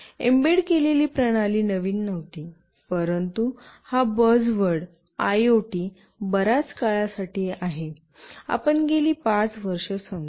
embed केलेली प्रणाली नवीन नव्हती परंतु हा बज्डवर्ड आयओटी बर्याच काळासाठी आहे आपण गेली 5 वर्षे समजू